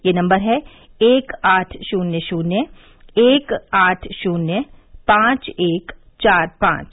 यह नम्बर है एक आठ शून्य शून्य एक आठ शून्य पांव एक चार पांच